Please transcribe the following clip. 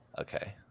Okay